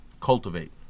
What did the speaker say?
cultivate